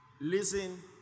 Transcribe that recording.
Listen